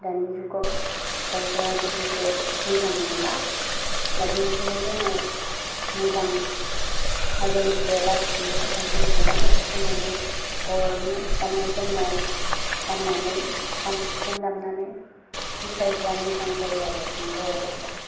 दानि जुगाव रावबो आगोलनिखौ मोजां मोनला दा बिनाखायनो जोङो मोजां आगोलनिखौ लाबोफिन्नो थाखाय जों खुगा मेथाइ खन्नानै बर'नि गान्नाय जोमनाय गान्नानै खाम सिफुं दामनानै मोसायोब्ला मोजां जायो आरो जों बर' हारिया